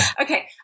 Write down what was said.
Okay